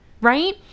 right